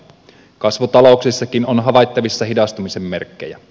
kasvutalouksissakin on havaittavissa hidastumisen merkkejä